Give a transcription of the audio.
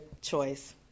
choice